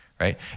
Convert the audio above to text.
right